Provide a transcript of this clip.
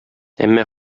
әмма